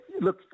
look